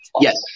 Yes